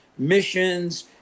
missions